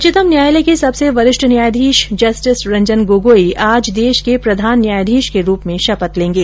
उच्चतम न्यायालय के सबसे वरिष्ठ न्यायाधीश जस्टिस रंजन गोगोई आज देश के प्रधान न्यायाधीश के रूप में शपथ लेंगे